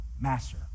master